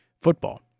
football